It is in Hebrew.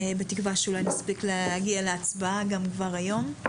בתקווה שאולי נספיק להגיע להצבעה כבר היום.